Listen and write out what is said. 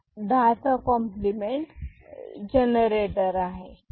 हा 10 चा complement generator आहे